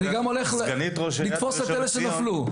ואז אני הולך לתפוס את אלה שנפלו.